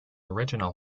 original